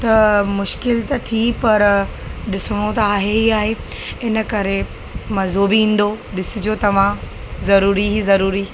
त मुश्किल त थी पर ॾिसिणो त आहे ई आहे इन करे मज़ो बि ईंदो ॾिसिजो तव्हां ज़रूरी ई ज़रूरी